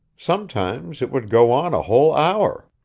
sometimes it would go on a whole hour.